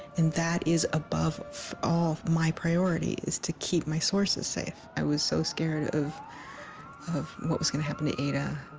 and that is above all of my priority is to keep my sources safe. i was so scared of of what was gonna happen to ada